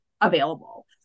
available